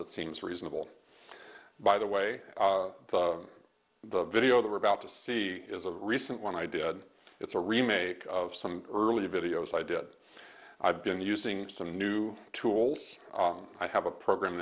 that seems reasonable by the way the video that we're about to see is a recent one i did it's a remake of some earlier videos i did i've been using some new tools i have a program